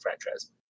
franchise